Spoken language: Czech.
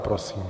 Prosím.